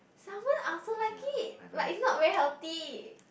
salmon I also like it like if not very healthy